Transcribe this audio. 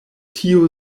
tio